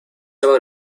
about